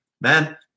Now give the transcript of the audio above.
man